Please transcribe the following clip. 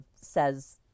says